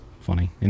funny